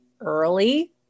early